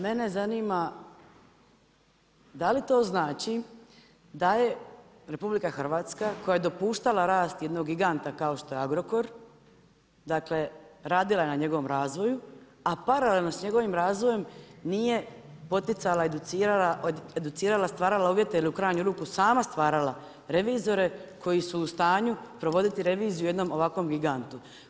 Mene zanima da li to znači da je RH koja je dopuštala rast jednog giganta kao što je Agrokor, dakle radila je na njegovom razvoju, a paralelno s njegovim razvojem nije poticala, educirala, stvarala uvjete ili u krajnju ruku sama stvarala revizore koji su u stanju provoditi reviziju u jednom ovakvom gigantu.